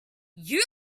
you